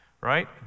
right